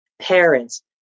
parents